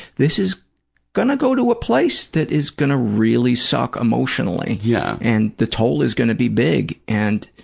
this is going to go to a place that is going to really suck emotionally. yeah. and the toll is going to be big, and